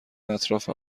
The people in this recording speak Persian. اطراف